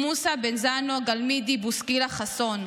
מוסא, בן זנו, גלמידי, בוסקילה, חסון.